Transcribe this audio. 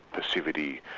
passivity,